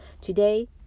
today